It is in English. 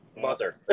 Mother